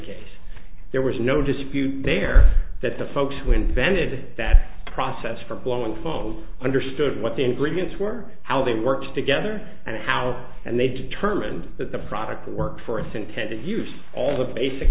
case there was no dispute there that the folks who invented that process for blowing phones understood what the ingredients were how they worked together and how and they determined that the product worked for its intended use all the basic